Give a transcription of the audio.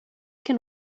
can